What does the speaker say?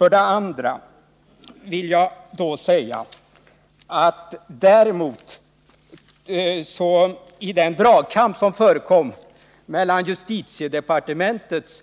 Men i den dragkamp som förekom mellan justitiedepartementets